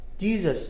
Jesus